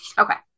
okay